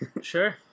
Sure